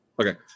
Okay